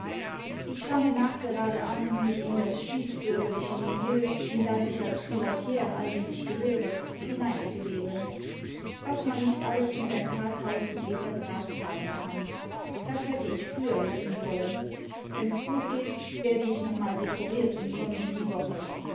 ich fange nachgerade an mich in das spießbürgerliche milieu in das ich als privatiere eigentlich gehöre hineinzuleben was man nicht alles mit ein paar tausend meter draht haben kann das hätte ich früher wissen sollen wenn's gut geht werde ich noch mal dekoriert und komme in die woche